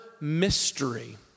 mystery